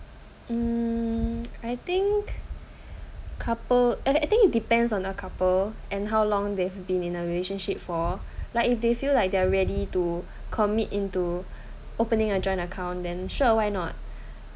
mm I think couple I I think it depends on a couple and how long they've been in a relationship for like if they feel like they are ready to commit into opening a joint account then sure why not